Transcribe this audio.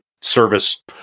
service